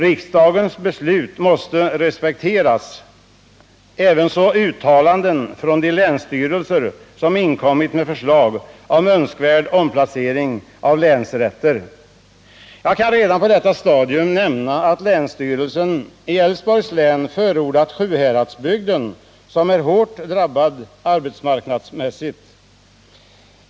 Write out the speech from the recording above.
Riksdagens beslut måste respekteras, ävenså uttalandena från de länsstyrelser som inkommit med förslag om önskvärd omplacering av länsrätter. Jag kan redan på detta stadium nämna att länsstyrelsen i Älvsborgs län förordat Sjuhäradsbygden, som är hårt drabbad arbetsmarknadsmässigt.